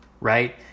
right